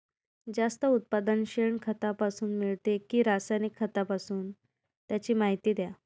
जास्त उत्पादन शेणखतापासून मिळते कि रासायनिक खतापासून? त्याची माहिती द्या